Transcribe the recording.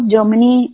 Germany